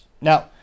Now